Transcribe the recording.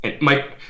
Mike